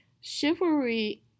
chivalry